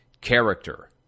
character